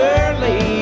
early